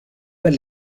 per